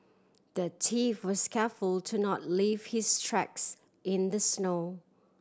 the thief was careful to not leave his tracks in the snow